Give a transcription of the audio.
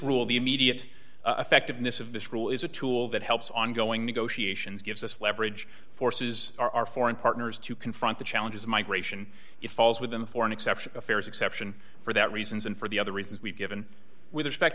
rule the immediate effect of this of this rule is a tool that helps ongoing negotiations gives us leverage forces our foreign partners to confront the challenges of migration it falls with them for an exception affairs exception for that reasons and for the other reasons we've given with respect